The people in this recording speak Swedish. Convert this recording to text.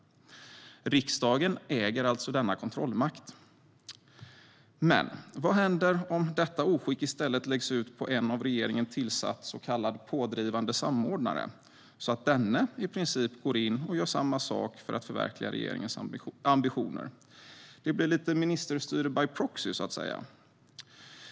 Riksdagen äger alltså denna kontrollmakt. Men vad händer om detta oskick i stället läggs ut på en av regeringen tillsatt så kallad pådrivande samordnare, så att denne i princip går in och gör samma sak för att förverkliga regeringens ambitioner? Det blir ministerstyre by proxy, så att säga.